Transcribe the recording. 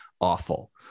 awful